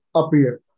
appeared